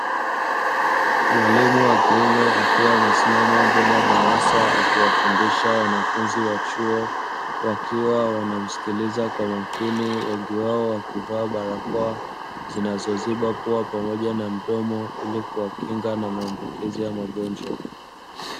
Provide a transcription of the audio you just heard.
Mwalimu wa kiume akiwa amesimama mbele ya darasa akiwafundisha wanafunzi wa chuo wakiwa wanamsikiliza kwa makini wengi wao wakivaa barakoa zinazoziba pua pamoja na mdomo ili kuwakinga na maambukizi ya magonjwa.